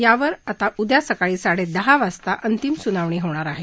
यावर आता उद्या सकाळी साडे दहा वाजता अंतिम सुनावणी होणार आहे